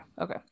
okay